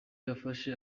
yafashe